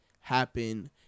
happen